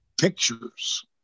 pictures